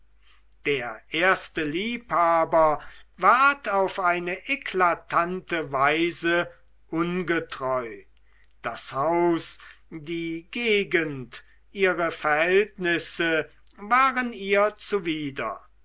der erste liebhaber ward auf eine eklatante weise ungetreu das haus die gegend ihre verhältnisse waren ihr zuwider